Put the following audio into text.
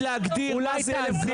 ואני,